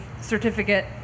certificate